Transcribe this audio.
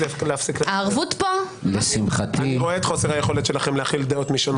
אני רואה את חוסר היכולת שלכם להכיל דעות שונות.